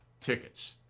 tickets